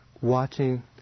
watching